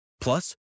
Plus